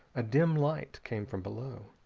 a dim light came from below.